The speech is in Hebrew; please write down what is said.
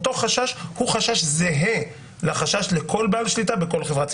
אותו חשש הוא חשש זהה לחשש לכל בעל שליטה בכל חברה ציבורית.